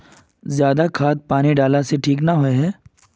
ज्यादा खाद पानी डाला से ठीक ना होए है?